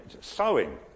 sewing